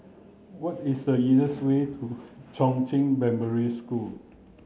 what is the easiest way to Chongzheng Primary School